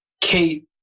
Kate